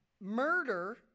murder